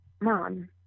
Mom